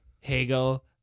Hegel